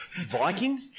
Viking